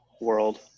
world